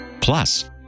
plus